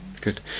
good